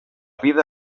vida